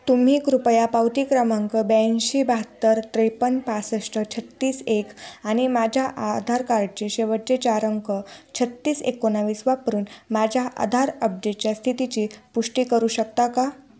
तुम्ही कृपया पावती क्रमांक ब्याऐंशी बहात्तर त्रेपन्न पासष्ट छत्तीस एक आणि माझ्या आधार कार्डचे शेवटचे चार अंक छत्तीस एकोणवीस वापरून माझ्या आधार अपडेटच्या स्थितीची पुष्टी करू शकता का